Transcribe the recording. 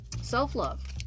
self-love